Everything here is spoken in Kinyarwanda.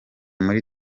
muri